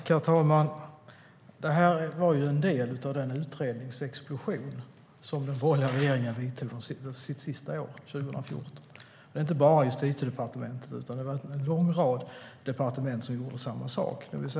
Herr talman! Det här var ju en del av den utredningsexplosion som den borgerliga regeringen bidrog till under sitt sista år, 2014. Det handlar inte bara om Justitiedepartementet utan det var en lång rad departement som gjorde samma sak.